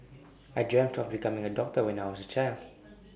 I dreamt of becoming A doctor when I was A child